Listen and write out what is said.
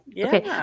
Okay